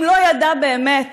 אם לא ידע באמת,